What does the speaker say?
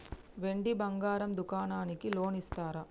వెండి బంగారం దుకాణానికి లోన్ ఇస్తారా?